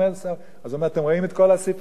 אז הוא אומר: אתם רואים את כל הספרייה הזאת?